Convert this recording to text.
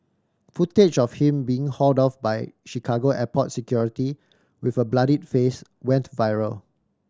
footage of him being hauled off by Chicago airport security with a bloodied face went viral